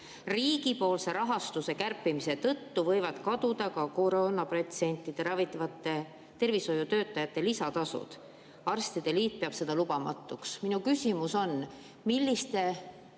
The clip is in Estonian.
Riigipoolse rahastuse kärpimise tõttu võivad kaduda ka koroonapatsiente ravivate tervishoiutöötajate lisatasud. Arstide liit peab seda lubamatuks." Minu küsimus on: millistele